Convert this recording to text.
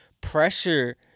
Pressure